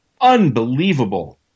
unbelievable